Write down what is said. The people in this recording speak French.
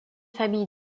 famille